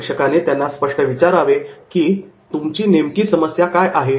प्रशिक्षकाने त्यांना स्पष्टपणे विचारावे की 'तुमची नेमकी समस्या काय आहे